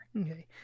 Okay